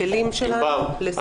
הכלים שלנו לסיוע.